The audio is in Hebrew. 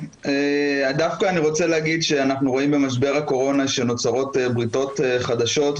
דווקא אני רוצה להגיד שאנחנו רואים במשבר הקורונה שנוצרות בריתות חדשות,